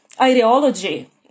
ideology